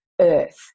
earth